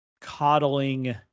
coddling